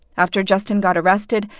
after justin got arrested,